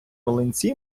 млинці